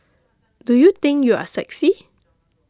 do you think you are sexy